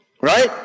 Right